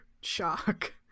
shock